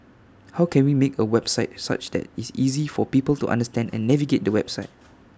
how can we make A website such that IT is easy for people to understand and navigate the website